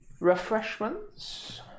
Refreshments